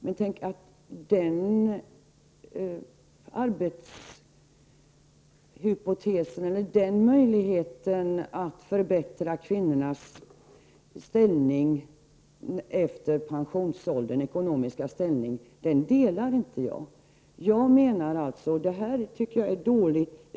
Jag delar inte uppfattningen att det är en möjlighet att förbättra kvinnornas ekonomiska ställning efter pensioneringen.